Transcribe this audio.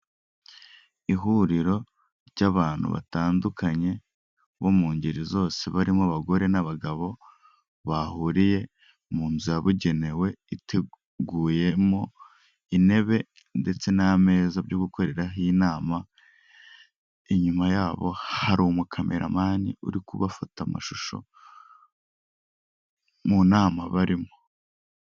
Ihuriro ry'abantu batandukanye bo mu ngeri zose barimo abagore n'abagabo, bahuriye mu nzu yabugenewe iteguyemo intebe ndetse n'ameza byo gukoreraho inama, inyuma yabo hari umukameramani uri kubafata amashusho mu nama barimo.